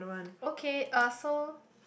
okay uh so